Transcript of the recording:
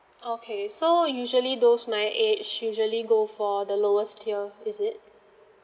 okay so usually those my age usually go for the lowest tier is it